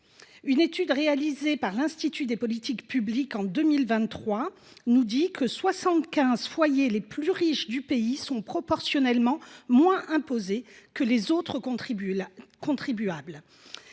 Une étude réalisée par l’Institut des politiques publiques en 2023 montre que les soixante quinze foyers les plus riches du pays sont proportionnellement moins imposés que les autres contribuables.